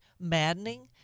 maddening